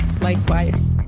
Likewise